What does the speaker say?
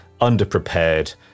underprepared